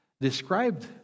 described